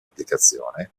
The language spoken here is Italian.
applicazione